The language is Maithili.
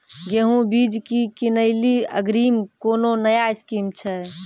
गेहूँ बीज की किनैली अग्रिम कोनो नया स्कीम छ?